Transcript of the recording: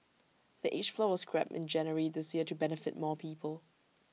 the age floor was scrapped in January this year to benefit more people